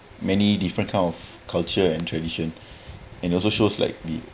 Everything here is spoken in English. many different kind of culture and tradition and also shows like the